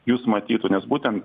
jus matytų nes būten